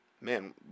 Man